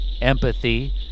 empathy